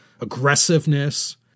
aggressiveness